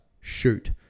shoot